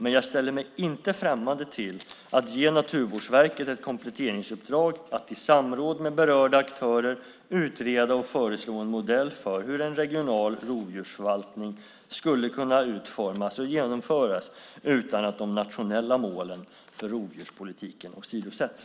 Men jag ställer mig inte främmande till att ge Naturvårdsverket ett kompletteringsuppdrag att i samråd med berörda aktörer utreda och föreslå en modell för hur en regional rovdjursförvaltning skulle kunna utformas och genomföras utan att de nationella målen för rovdjurspolitiken åsidosätts.